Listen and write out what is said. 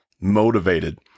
motivated